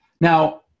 Now